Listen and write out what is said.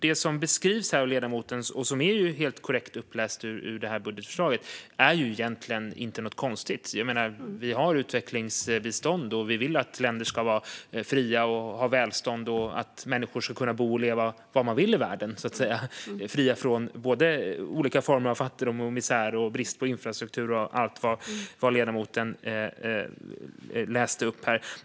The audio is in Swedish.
Det som beskrivs av ledamoten och som är helt korrekt uppläst ur budgetförslaget är egentligen inte något konstigt. Vi har utvecklingsbistånd, och vi vill att länder ska vara fria och ha välstånd och att människor ska kunna bo och leva var de vill i världen, fria från både olika former av fattigdom, misär, brist på infrastruktur och allt vad ledamoten läste upp.